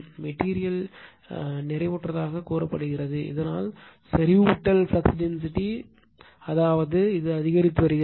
material நிறைவுற்றதாகக் கூறப்படுகிறது இதனால் செறிவூட்டல் ஃப்ளக்ஸ் டென்சிட்டி அதாவது இது அதிகரித்து வருகிறது